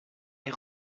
est